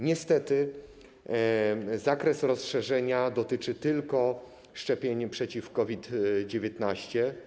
Niestety zakres rozszerzenia dotyczy tylko szczepień przeciw COVID-19.